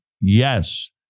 yes